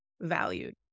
valued